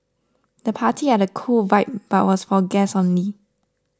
the party had a cool vibe but was for guests only